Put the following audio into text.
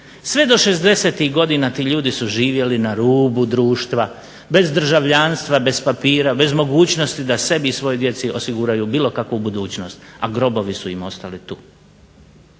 Sve do '60.-tih godina ti ljudi su živjeli na rubu društva, bez državljanstva, bez papira, bez mogućnosti da sebi i svojoj djeci osiguraju bilo kakvu budućnost, a grobovi su im ostali tu.